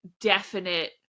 definite